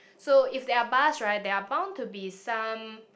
so if there are bars right there are bound to be some